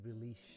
release